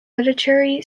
literary